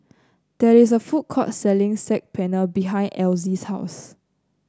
there is a food court selling Saag Paneer behind Elzy's house